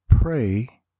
Pray